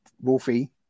Wolfie